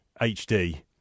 hd